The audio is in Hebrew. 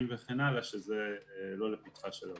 וכן הלאה שזה לא לפתחה של הוועדה.